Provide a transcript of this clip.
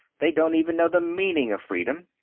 they don't even know the meaning of freedom,